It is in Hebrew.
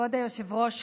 כבוד היושב-ראש,